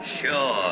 Sure